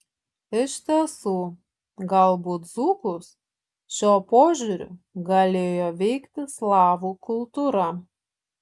iš tiesų galbūt dzūkus šiuo požiūriu galėjo veikti slavų kultūra